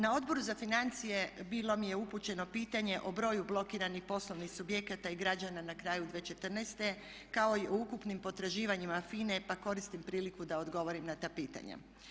Na Odboru za financije bilo mi je upućeno pitanje o broju blokiranih poslovnih subjekata i građana na kraju 2014. kao i o ukupnim potraživanjima FINA-e pa koristim priliku da odgovorim na ta pitanja.